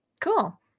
Cool